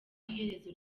iherezo